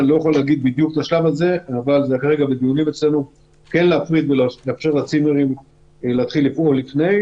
אני מבקש לשמוע אותך גם לגבי נושאים שעלו כאן,